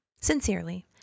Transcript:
Sincerely